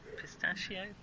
Pistachio